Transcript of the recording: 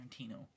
Tarantino